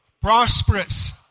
prosperous